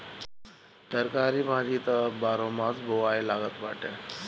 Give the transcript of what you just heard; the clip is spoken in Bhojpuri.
तरकारी भाजी त अब बारहोमास बोआए लागल बाटे